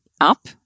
up